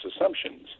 assumptions